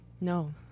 No